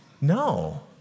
No